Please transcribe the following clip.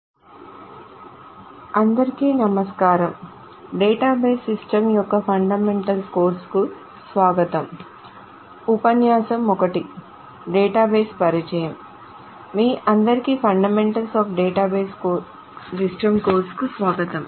మీ అందరికీ fundamentals of database systems కోర్సుకు స్వాగతం